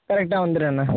கரெக்டாக வந்துடுறேண்ணே